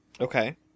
Okay